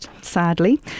sadly